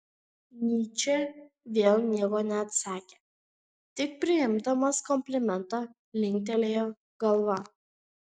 nyčė vėl nieko neatsakė tik priimdamas komplimentą linktelėjo galva